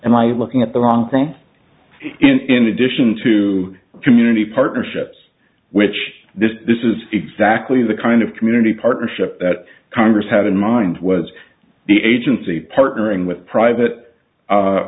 and i looking at the long run in addition to community partnerships which this is exactly the kind of community partnership that congress had in mind was the agency partnering with private